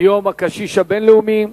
יום הקשיש הבין-לאומי.